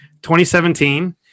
2017